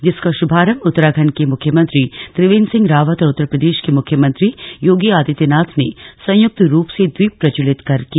जिसका भार्भारम्म उत्तराखण्ड के मुख्यमंत्री त्रिवेन्द्र सिंह रावत और उत्तरप्रदेश के मुख्यमंत्री योगी आदित्य नाथ ने संयुक्त रुप से द्वीप प्रज्जवलित कर किया